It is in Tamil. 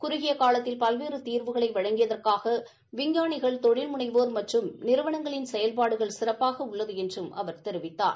குறுகிய காலத்தில் பல்வேறு தீர்வுகளை வழங்கியதற்காக விஞ்ஞானிகள் தொழில் முனைவோர் மற்றும் நிறுவனங்களின் செயல்பாடுகளும் சிறப்பாக உள்ளது என்றும் அவர் தெரிவித்தார்